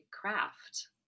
craft